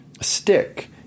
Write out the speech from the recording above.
stick